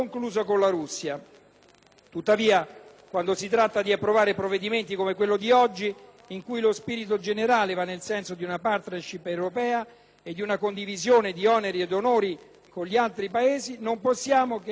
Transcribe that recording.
Tuttavia, quando si tratta di approvare provvedimenti come quello di oggi, in cui lo spirito generale va nel senso di una *partnership* europea e di una condivisione di oneri ed onori con gli altri Paesi, non possiamo che essere d'accordo.